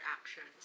actions